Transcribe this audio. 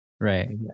Right